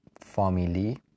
Family